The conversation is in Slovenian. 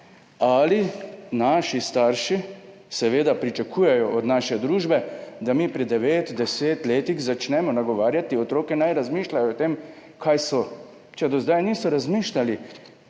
ali naši starši pričakujejo od naše družbe, da mi pri devetih, desetih letih začnemo nagovarjati otroke, naj razmišljajo o tem, kaj so? Če do zdaj niso razmišljali,